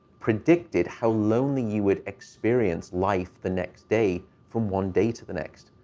predicted how lonely you would experience life the next day from one day to the next.